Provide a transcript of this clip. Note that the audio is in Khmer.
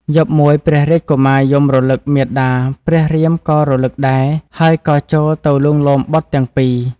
យប់មួយព្រះរាជកុមារយំរលឹកមាតាព្រះរាមក៏រលឹកដែរហើយក៏ចូលទៅលួងលោមបុត្រទាំងពីរ។